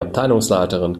abteilungsleiterin